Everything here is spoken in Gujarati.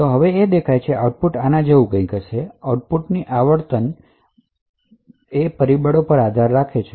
હવે આઉટપુટ આના જેવું કંઈક દેખાશે આઉટપુટ ની આવર્તન બહુવિધ પરિબળો પર આધારિત છે